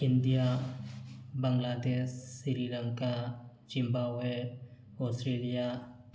India Bangladesh Sri Lanka Zimbabwe Australia